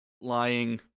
lying